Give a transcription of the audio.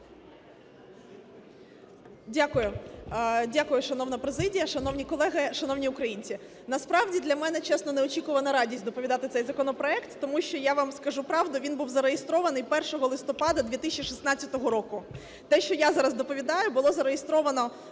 Дякую. Дякую шановна президія, шановні колеги, шановні українці! Насправді для мене чесно неочікувана радість доповідати цей законопроект, тому що я вам скажу правду він був зареєстрований 1 листопада 2016 року. Те, що я зараз доповідаю було зареєстровано